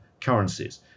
currencies